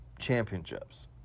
championships